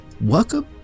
Welcome